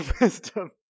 wisdom